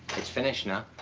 it's finished now.